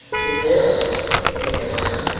deserved it said eleanor,